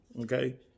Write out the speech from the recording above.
okay